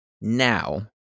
now